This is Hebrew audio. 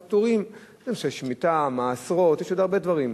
פטורים: נושא שמיטה, מעשרות, יש עוד הרבה דברים.